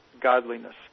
godliness